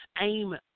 aim